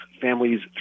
families